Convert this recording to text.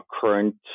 current